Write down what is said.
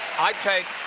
i take